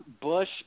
bush